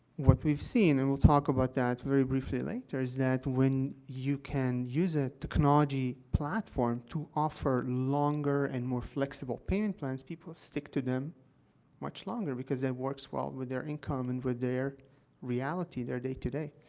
what we've seen, and we'll talk about that very briefly later, is that when you can use a technology platform to offer longer and more flexible payment plans, people stick to them much longer, because it works well with their income and with their reality, their day to day.